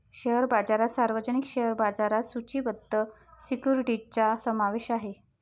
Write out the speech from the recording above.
share बाजारात सार्वजनिक share बाजारात सूचीबद्ध सिक्युरिटीजचा समावेश आहे